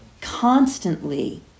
constantly